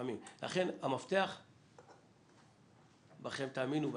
לכן המפתח בכם, תאמינו בעצמכם.